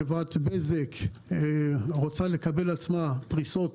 חברת בזק רוצה לקבל על עצמה פריסות